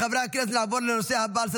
40 בעד,